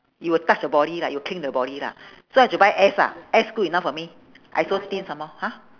it will touch the body lah it will cling the body lah so I should buy S lah S good enough for me I so thin some more !huh!